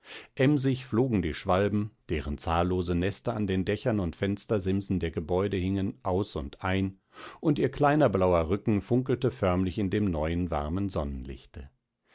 emsig flogen die schwalben deren zahllose nester an den dächern und fenstersimsen der gebäude hingen aus und ein und ihr kleiner blauer rücken funkelte förmlich in dem neuen warmen sonnenlichte